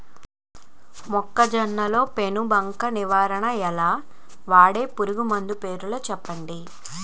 మొక్కజొన్న లో పెను బంక నివారణ ఎలా? వాడే పురుగు మందులు చెప్పండి?